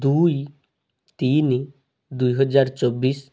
ଦୁଇ ତିନି ଦୁଇହଜାର ଚବିଶ